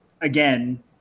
again